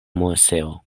moseo